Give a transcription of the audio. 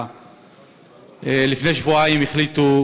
לפני שבועיים החליטו